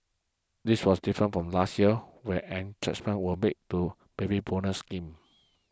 this was different from last year where were made to Baby Bonus scheme